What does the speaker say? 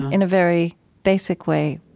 in a very basic way,